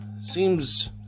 seems